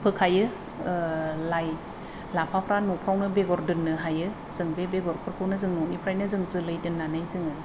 फोखायो लाइ लाफाफ्रा न'फोरावनो बेगर दोननो हायो जों बे बेगरफोरखौनो जों न'निफ्राय जोलै दोननानै जों